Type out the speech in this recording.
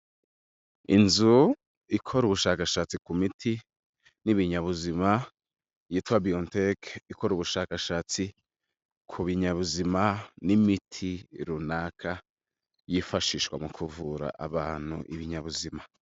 Inzu ikora ubushakashatsi ku miti n'ibinyabuzima yitwa BIONTECH, ikora ubushakashatsi ku binyabuzima n'imiti runaka yifashishwa mu kuvura abantu ibinyabuzima.